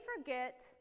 forget